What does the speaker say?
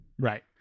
right